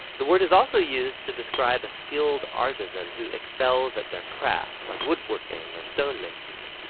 the word is also used to describe a skilled artisan who excels at their craft, like woodworking or stone masonry.